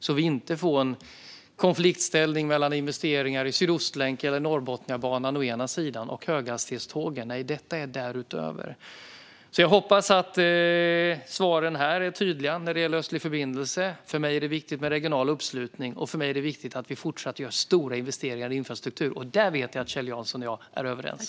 Vi ska inte få en konflikt mellan investeringar i Sydostlänken och Norrbotniabanan å ena sidan och höghastighetstågen å andra sidan. Nej, detta går därutöver. Jag hoppas att svaren här när det gäller Östlig förbindelse är tydliga. För mig är det viktigt med regional uppslutning. För mig är det också viktigt att vi fortsatt gör stora investeringar i infrastruktur. Där vet jag att Kjell Jansson och jag är överens.